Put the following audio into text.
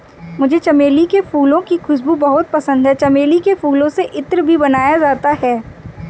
मुझे चमेली के फूलों की खुशबू बहुत पसंद है चमेली के फूलों से इत्र भी बनाया जाता है